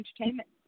Entertainment